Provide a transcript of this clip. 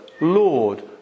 Lord